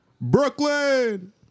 Brooklyn